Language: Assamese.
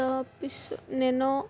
তাৰপিছত নেন'